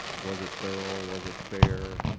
was it thorough, was it fair.